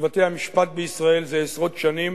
בבתי-המשפט בישראל זה עשרות שנים,